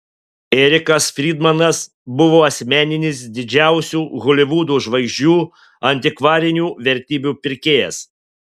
erikas frydmanas buvo asmeninis didžiausių holivudo žvaigždžių antikvarinių vertybių pirkėjas